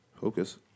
focus